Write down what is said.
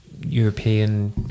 European